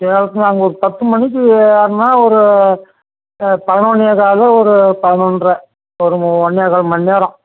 சேலத்தில் அங்கே ஒரு பத்துமணிக்கு ஏறினா ஒரு ப பதினொன்னே கால் ஒரு பதினொன்ற ஒரு ஒன்னேகால் மண்நேரம்